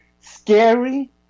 scary